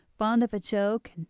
fond of a joke,